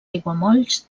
aiguamolls